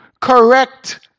correct